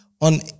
on